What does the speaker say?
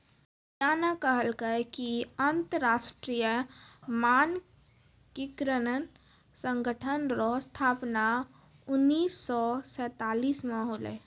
पूजा न कहलकै कि अन्तर्राष्ट्रीय मानकीकरण संगठन रो स्थापना उन्नीस सौ सैंतालीस म होलै